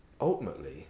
ultimately